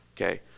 Okay